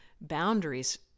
boundaries